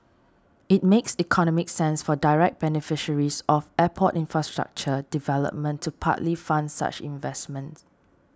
it makes economic sense for direct beneficiaries of airport infrastructure development to partly fund such investments